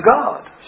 God